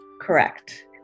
Correct